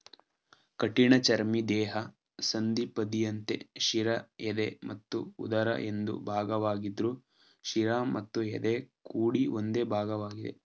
ಕಠಿಣಚರ್ಮಿ ದೇಹ ಸಂಧಿಪದಿಯಂತೆ ಶಿರ ಎದೆ ಮತ್ತು ಉದರ ಎಂದು ಭಾಗವಾಗಿದ್ರು ಶಿರ ಮತ್ತು ಎದೆ ಕೂಡಿ ಒಂದೇ ಭಾಗವಾಗಿದೆ